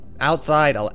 Outside